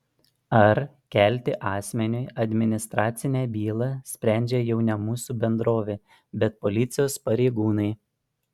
ar kelti asmeniui administracinę bylą sprendžia jau ne mūsų bendrovė bet policijos pareigūnai